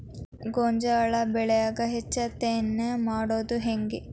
ಗೋಂಜಾಳ ಬೆಳ್ಯಾಗ ಹೆಚ್ಚತೆನೆ ಮಾಡುದ ಹೆಂಗ್?